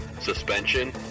suspension